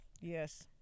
Yes